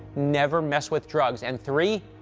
never mess with drugs, and three,